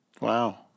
Wow